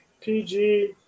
PG